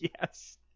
Yes